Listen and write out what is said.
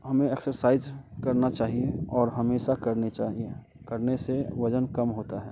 हमें एक्सरसाइज करना चाहिए और हमेशा करनी चाहिए